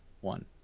one